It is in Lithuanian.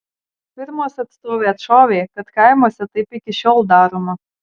firmos atstovė atšovė kad kaimuose taip iki šiol daroma